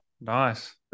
nice